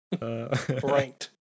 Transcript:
ranked